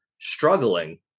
struggling